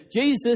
Jesus